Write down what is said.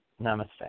Namaste